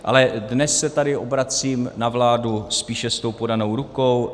Ale dnes se tady obracím na vládu spíše s tou podanou rukou.